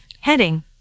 heading